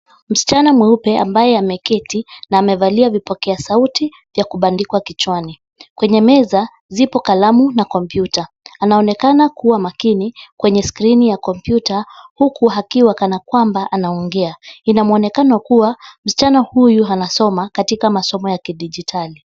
Msichana mweupe ambaye ameketi na amevalia vipokea sauti ya kubandikwa kichwani. Kwenye meza zipo kalamu na kompyuta. Anaonekana kuwa makini kwenye skrini ya kompyuta huku akiwa kana kwamba anaongea, ina muonekano kuwa msichana huyu anasoma katika masomo ya kidijitali.